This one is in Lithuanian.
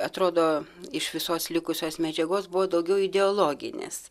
atrodo iš visos likusios medžiagos buvo daugiau ideologinis